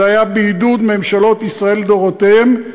זה היה בעידוד ממשלות ישראל לדורותיהם,